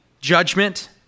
judgment